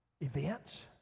events